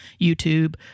YouTube